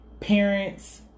parents